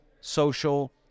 social